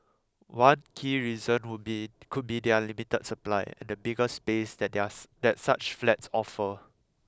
one key reason would be could be their limited supply and the bigger space that their that such flats offer